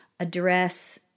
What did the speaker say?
address